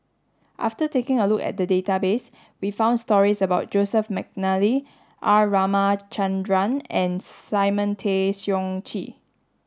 after taking a look at the database we found stories about Joseph Mcnally R Ramachandran and Simon Tay Seong Chee